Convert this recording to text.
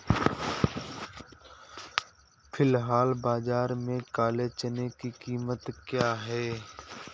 फ़िलहाल बाज़ार में काले चने की कीमत क्या है?